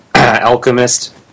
alchemist